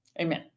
Amen